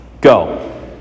Go